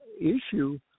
issue